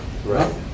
Right